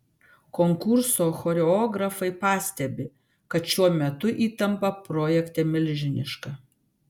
konkurso choreografai pastebi kad šiuo metu įtampa projekte milžiniška